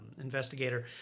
investigator